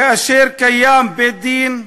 כאשר קיים בית-דין,